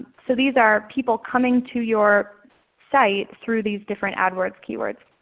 so these are people coming to your site through these different adwords keywords.